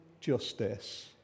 justice